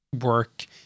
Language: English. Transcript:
work